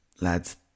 lads